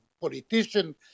politician